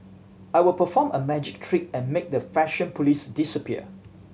I will perform a magic trick and make the fashion police disappear